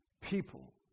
people